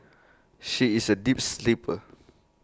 she is A deep sleeper